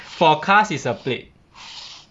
for cars is a plate